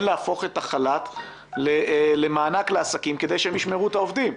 להפוך את החל"ת למענק לעסקים כדי שהם ישמרו את העובדים.